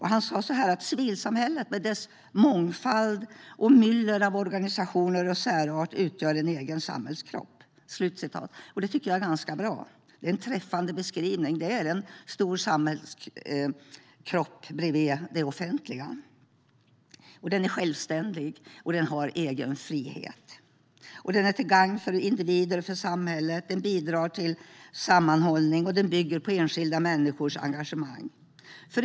Han säger att civilsamhället med dess mångfald och myller av organisationer och särarter utgör en egen samhällskropp. Det är en bra och träffande beskrivning. Det är fråga om en stor samhällskropp bredvid det offentliga. Den är självständig och har egen frihet. Den är till gagn såväl för individer som för samhället, den bidrar till sammanhållning och den bygger på enskilda människors engagemang.